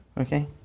Okay